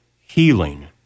healing